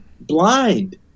blind